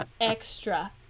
Extra